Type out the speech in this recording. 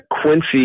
Quincy